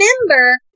remember